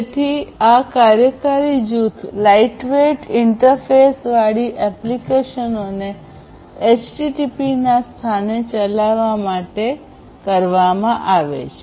તેથી આ કાર્યકારી જૂથ લાઇટવેટ ઇન્ટરફેસવાળી એપ્લિકેશનોને HTTP ના સ્થાને ચલાવવા માટે કરવામા આવી છે